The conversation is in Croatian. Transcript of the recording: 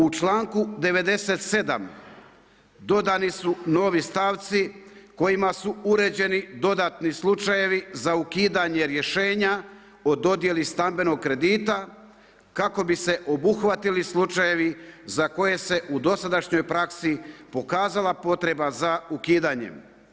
U članku 97. dodani su novi stavci kojima su uređeni dodatni slučajevi za ukidanje rješenja o dodjeli stambenog kredita kako bi se obuhvatili slučajevi za koje se u dosadašnjoj praksi pokazala potreba za ukidanjem.